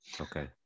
Okay